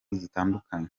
zitandukanye